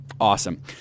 Awesome